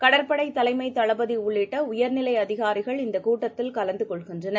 கடற்படைதலைமைத் தளபதிஉள்ளிட்டஉயர்நிலைஅதிகாரிகள் இந்தக் கூட்டத்தில் கலந்தகொள்கின்றனர்